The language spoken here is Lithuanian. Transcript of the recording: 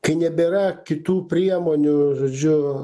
kai nebėra kitų priemonių žodžiu